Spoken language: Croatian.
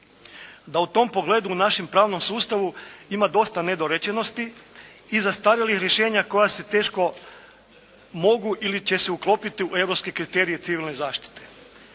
da u tom pogledu u našem pravnom sustavu ima dosta nedorečenosti i zastarjelih rješenja koja se teško mogu ili će se uklopiti u europske kriterije civilne zaštite.